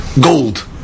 gold